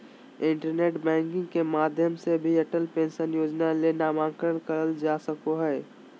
internet banking के माध्यम से भी अटल पेंशन योजना ले नामंकन करल का सको हय